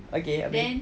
okay okay